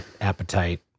appetite